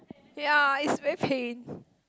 ya it's very pain